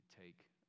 take